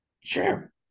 Sure